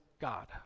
God